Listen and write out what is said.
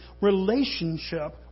relationship